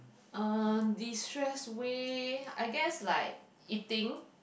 uh destress way I guess like eating